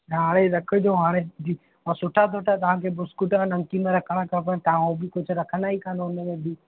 हाणे रखिजो हाणे जी ऐं सुठा सुठा तव्हांखे बिस्कुट ऐं नमकीन रखिणा खपनि तव्हां उहो बि कुझु रखंदा ई कान हुन में बि